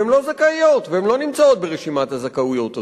והן לא זכאיות והן לא נמצאות ברשימת הזכאויות הזאת.